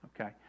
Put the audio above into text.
okay